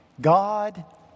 God